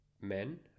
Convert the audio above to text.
men